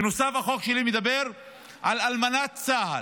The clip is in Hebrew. בנוסף, החוק שלי מדבר על אלמנת צה"ל.